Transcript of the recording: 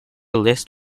list